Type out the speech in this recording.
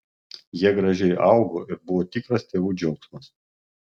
jie gražiai augo ir buvo tikras tėvų džiaugsmas